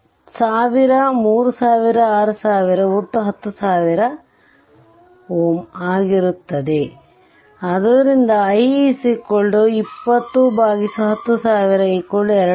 1000 3000 ಮತ್ತು 6000 ಒಟ್ಟು 10000 ಆದ್ದರಿಂದ i 20 10000 ampere2mA